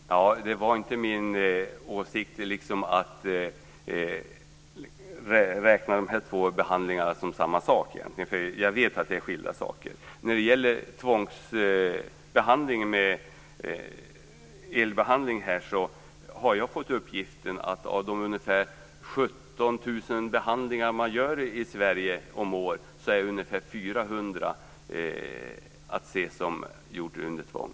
Fru talman! Det var inte min avsikt att räkna de här två behandlingarna som samma sak. Jag vet att det är skilda saker. När det gäller tvångsbehandling med el har jag fått uppgiften att av de ungefär 17 000 behandlingar man gör i Sverige om året är ungefär 400 att se som gjorda under tvång.